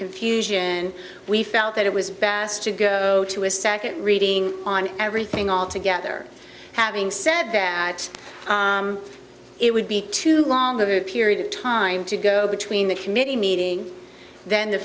confusion we felt that it was bass to go to a second reading on everything all together having said that it would be too long a period of time to go between the committee meeting then the